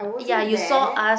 ya you saw us